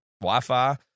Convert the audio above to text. Wi-Fi